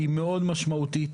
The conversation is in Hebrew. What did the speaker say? היא מאוד משמעותית,